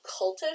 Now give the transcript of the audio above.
Cultish